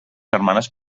germanes